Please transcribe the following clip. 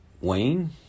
Wayne